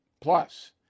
Plus